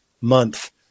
month